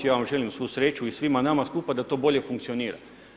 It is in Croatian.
Ja vam želim svu sreću i svima nama skupa da to bolje funkcionira.